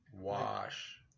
wash